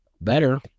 better